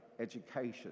education